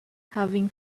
having